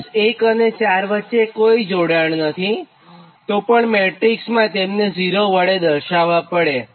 બસ 1 અને 4 વચ્ચે કોઇ જોડાણ નથી તો પણ મેટ્રીક્સમાં તેમને 0 વડે દર્શાવ્વા પડે